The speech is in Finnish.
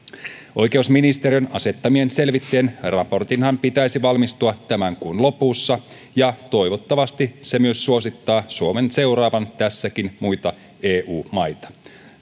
oikeusministeriön asettamien selvittäjien raportinhan pitäisi valmistua tämän kuun lopussa ja toivottavasti se myös suosittaa suomen seuraavan tässäkin muita eu maita